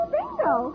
Bingo